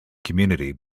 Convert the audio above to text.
community